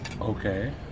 Okay